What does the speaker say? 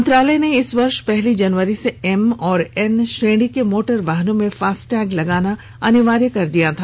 मंत्रालय ने इस वर्ष पहली जनवरी से ऐम और एन श्रेणी के मोटर वाहनों में फास्टैग लगाना अनिवार्य कर दिया था